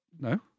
No